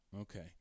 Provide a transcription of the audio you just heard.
Okay